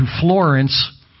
Florence